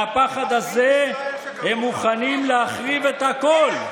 מהפחד הזה הם מוכנים להחריב את הכול.